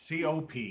COP